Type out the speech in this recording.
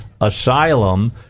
asylum